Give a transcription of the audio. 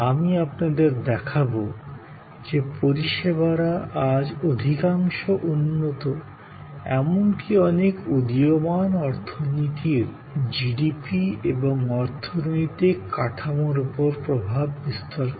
আমি আপনাদের দেখাব যে পরিষেবারা আজ অধিকাংশ উন্নত এমনকি অনেক উদীয়মান অর্থনীতির জিডিপি এবং অর্থনৈতিক কাঠামোর উপর প্রভাব বিস্তার করে